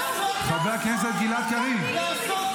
תרגיע.